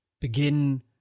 Begin